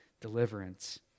deliverance